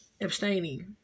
abstaining